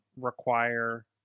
require